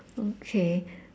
okay